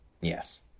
Yes